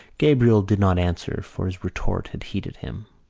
gabriel did not answer for his retort had heated him.